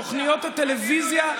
תוכניות הטלוויזיה,